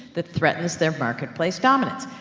that threatens their marketplace dominance.